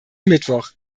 mittwoch